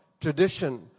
tradition